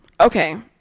okay